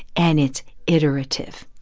and it's iterative,